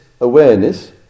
awareness